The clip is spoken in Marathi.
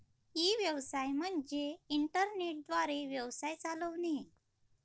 ई व्यवसाय म्हणजे इंटरनेट द्वारे व्यवसाय चालवणे